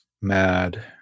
mad